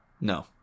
No